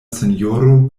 sinjoro